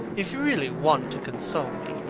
if you really want to console me,